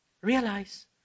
realize